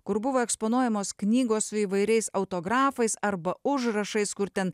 kur buvo eksponuojamos knygos su įvairiais autografais arba užrašais kur ten